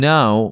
Now